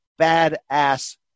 badass